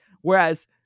Whereas